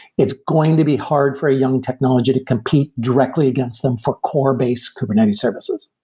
it's going to be hard for a young technology to compete directly against them for core base kubernetes services.